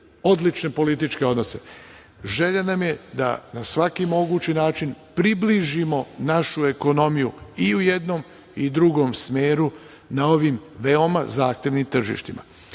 odlične političke odnose. Želja nam je da na svaki mogući način približimo našu ekonomiju i u jednom i u drugom smeru na ovim zahtevnim tržištima. Četvrto